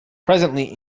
presently